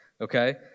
okay